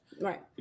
Right